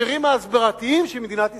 להקשרים ההסברתיים של מדינת ישראל.